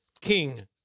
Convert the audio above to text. King